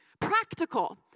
practical